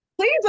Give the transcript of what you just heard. please